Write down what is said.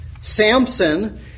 Samson